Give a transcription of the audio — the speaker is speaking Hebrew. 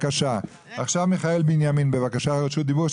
עכשיו מיכאל בנימין ברשות דיבור,